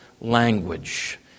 language